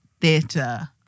Theatre